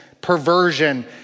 perversion